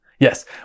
Yes